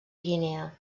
guinea